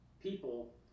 people